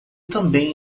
também